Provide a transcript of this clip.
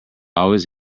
always